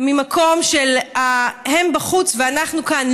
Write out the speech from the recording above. ממקום של "הם בחוץ ואנחנו כאן".